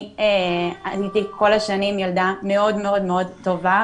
אני הייתי כל השנים ילדה מאוד מאוד טובה,